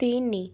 ତିନି